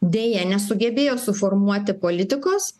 deja nesugebėjo suformuoti politikos